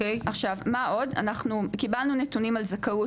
מה עוד אנחנו קיבלנו נתונים על זכאות